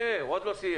חכה, הוא עוד לא סיים.